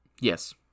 Yes